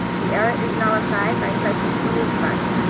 the error is nullified by pressing the delete button.